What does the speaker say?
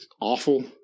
Awful